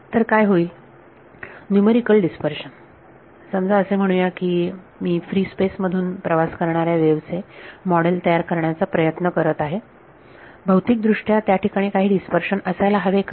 तर काय होईल न्यूमरिकल डिस्पर्शन समजा असे म्हणू या की मी फ्री स्पेस मधून प्रवास करणाऱ्या वेव्ह चे मॉडेल तयार करण्याचा प्रयत्न करत आहे भौतिक दृष्ट्या त्याठिकाणी काही डिस्पर्शन असायला हवे का